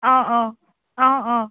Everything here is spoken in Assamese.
অ' অ' অ' অ'